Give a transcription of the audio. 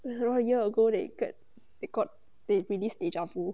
around a year ago they get they got they release deja vu